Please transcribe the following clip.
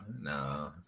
no